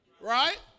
Right